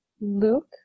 Luke